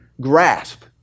grasp